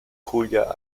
cuya